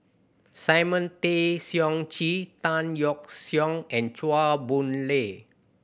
Simon Tay Seong Chee Tan Yeok Seong and Chua Boon Lay